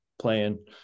playing